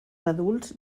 adults